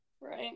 Right